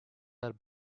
are